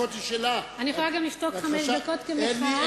אני יכולה לשתוק גם חמש דקות כמחאה,